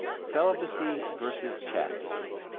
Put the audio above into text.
celibacy versus chastity